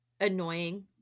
annoying